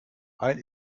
ein